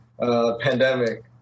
pandemic